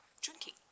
drinking